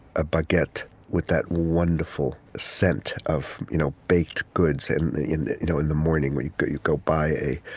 a baguette with that wonderful scent of you know baked goods and in you know in the morning, when you go you go by a